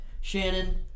Shannon